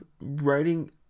writing